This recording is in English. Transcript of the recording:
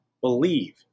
believe